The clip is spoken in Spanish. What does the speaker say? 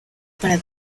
para